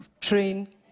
train